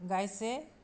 গাইছে